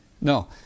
No